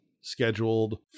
scheduled